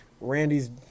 Randy's